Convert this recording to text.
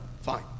Fine